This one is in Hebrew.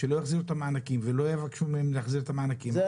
יבקשו מהם להחזיר את המענקים.